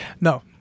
no